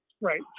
Right